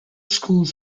schools